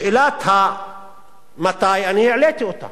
שאלת המתי, אני העליתי אותה.